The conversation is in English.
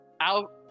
out